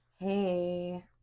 Hey